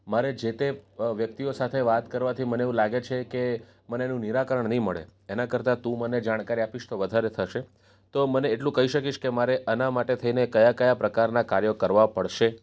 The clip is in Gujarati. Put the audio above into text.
મારે જે તે વ્યક્તિઓ સાથે વાત કરવાથી મને એવું લાગે છે કે મને એનું નિરાકરણ નહીં મળે એના કરતાં તું મને જાણકારી આપીશ તો વધારે થશે તો મને એટલું કહી શકીશ કે મારે આના માટે થઈને કયા કયા પ્રકારનાં કાર્યો કરવા પડશે